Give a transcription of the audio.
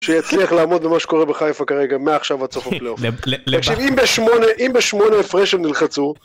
שיצליח לעמוד במה שקורה בחיפה כרגע, מעכשיו ועד סוף הפליאופ. תקשיב, אם בשמונה, אם בשמונה הפרש הם נלחצו...